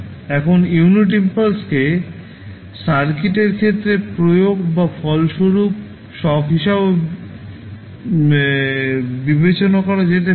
এখন ইউনিট ইম্পালসকে সার্কিটের ক্ষেত্রে প্রয়োগ বা ফলস্বরূপ শক হিসাবেও বিবেচনা করা যেতে পারে